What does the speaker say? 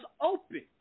open